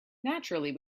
naturally